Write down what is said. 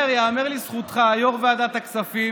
אני אומר: ייאמר לזכותך, יושב-ראש ועדת הכספים,